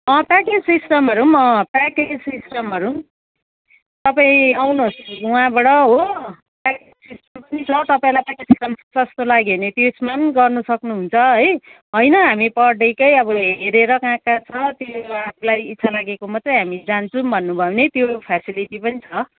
अँ प्याकेज सिस्टमहरू पनि अँ प्याकेज सिस्टमहरू पनि तपाईँ आउनुहोस् त्यहाँबाट हो प्याकेज सिस्टम नि छ तपाईँलाई प्याकेज सिस्टम सस्तो लाग्यो भने त्यसमा पनि गर्नु सक्नुहुन्छ है होइन हामी पर डे अब हेरेर कहाँ कहाँ छ त्यो आफूलाई इच्छा लागेको मात्रै हामी जान्छौँ भन्नुभयो भने त्यो फेसिलिटी पनि छ